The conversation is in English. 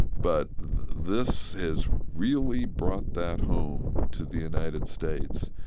but this has really brought that home to the united states,